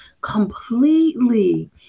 completely